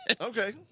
Okay